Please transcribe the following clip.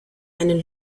einen